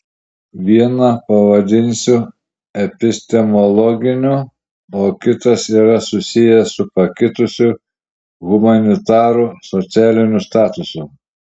vieną pavadinsiu epistemologiniu o kitas yra susijęs su pakitusiu humanitarų socialiniu statusu